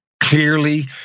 clearly